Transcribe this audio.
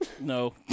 No